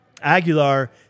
Aguilar